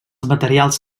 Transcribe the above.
materials